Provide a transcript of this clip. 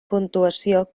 puntuació